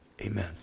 Amen